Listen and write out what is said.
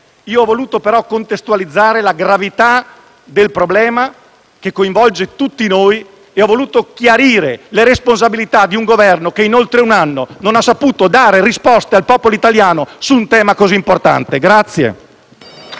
ho voluto però contestualizzare la gravità del problema, che coinvolge tutti noi e ho voluto chiarire le responsabilità di un Governo che, in oltre un anno, non ha saputo dare risposte al popolo italiano su un tema così importante.